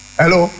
hello